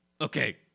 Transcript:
Okay